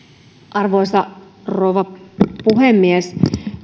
arvoisa rouva puhemies